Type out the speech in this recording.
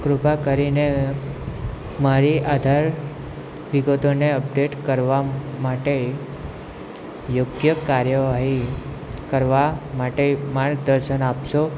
કૃપા કરી ને મારી આધાર વિગતોને અપડેટ કરવાં માટે યોગ્ય કાર્યવાહી કરવાં માટે માર્ગદર્શન આપશો